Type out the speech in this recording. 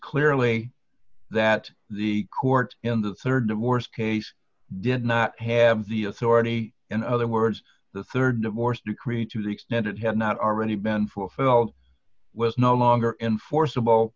clearly that the court in the rd divorce case did not have the authority in other words the rd divorce decree to the extent it had not already been fulfilled was no longer enforceable